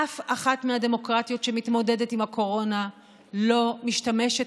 אף אחת מהדמוקרטיות שמתמודדת עם הקורונה לא משתמשת